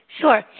Sure